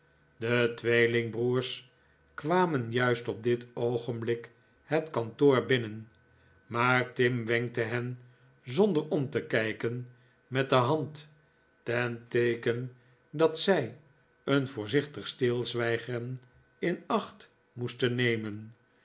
de tweelingbroers kwamen juist op dit oogenblik het kantoor binnen maar tim wenkte hen zonder om te kijken met de hand ten teeken dat zij een voorzichtig stilzwijgen in acht moesten nemen